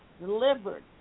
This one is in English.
delivered